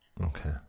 okay